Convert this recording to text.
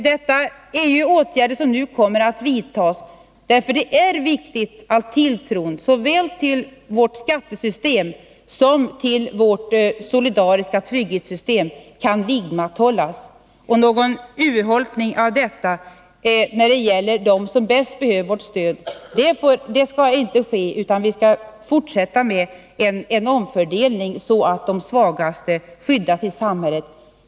Detta är åtgärder som nu kommer att vidtas, eftersom det är viktigt att tilltron såväl till vårt skattesystem som till vårt solidariska trygghetssystem kan vidmakthållas. Någon urholkning av dessa värden när det gäller dem som bäst behöver vårt stöd får inte ske, utan vi skall fortsätta med en omfördelning så att de svagaste i samhället skyddas.